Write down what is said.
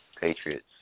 Patriots